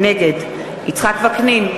נגד יצחק וקנין,